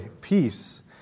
peace